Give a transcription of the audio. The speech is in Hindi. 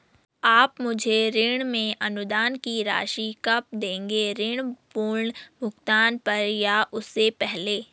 आप मुझे ऋण में अनुदान की राशि कब दोगे ऋण पूर्ण भुगतान पर या उससे पहले?